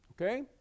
Okay